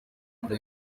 kuri